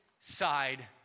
side